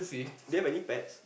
do you have any pets